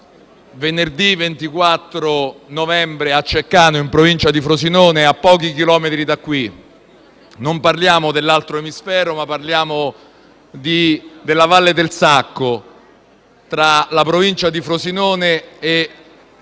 venerdì 24 novembre a Ceccano, in provincia di Frosinone, a pochi chilometri da qui. Non parliamo dell'altro emisfero, ma della Valle del Sacco, tra la provincia di Frosinone e